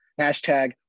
Hashtag